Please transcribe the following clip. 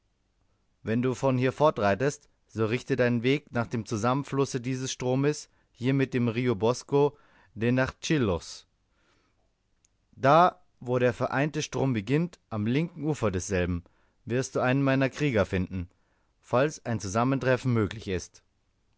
wenn du von hier fortreitest so richte deinen weg nach dem zusammenflusse dieses stromes hier mit dem rio bosco de natchitoches da wo der vereinte strom beginnt am linken ufer desselben wirst du einen meiner krieger finden falls ein zusammentreffen möglich ist